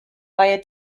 via